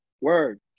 Word